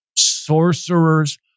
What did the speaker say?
sorcerers